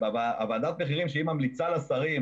ועדת המחירים שממליצה לשרים,